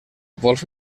vols